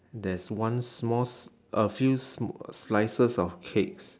there's one small s~ a few s~ slices of cakes